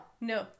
No